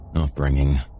upbringing